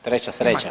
Treća sreća.